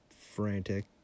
frantic